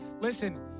listen